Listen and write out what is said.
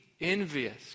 envious